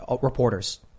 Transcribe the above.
reporters